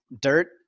dirt